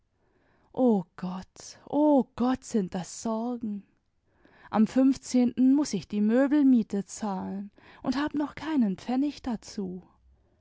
o gott o gott sind das sorgen am fünfzehnten muß ich die möbelmiete zahlen und hab noch keinen pfennig dazu